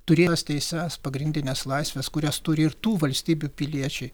turėtas teises pagrindines laisves kurias turi ir tų valstybių piliečiai